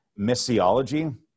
missiology